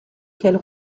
qu’elle